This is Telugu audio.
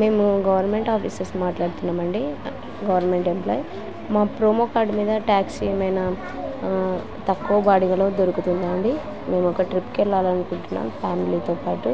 మేము గవర్నమెంట్ ఆఫీసెస్ మాట్లాడుతున్నామండి గవర్నమెంట్ ఎంప్లాయ్ మా ప్రోమో కోడ్ మీద ట్యాక్సీ ఏమనా తక్కువ బాడిగలో దొరుకుతుందండి మేము ఒక ట్రిప్కి వెళ్ళాలనుకుంటున్నాము ఫ్యామిలీతో పాటు